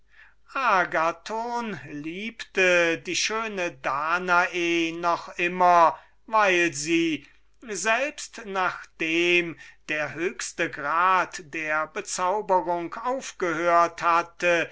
liebte die schöne danae weil sie selbst nachdem der äußerste grad der bezauberung aufgehört hatte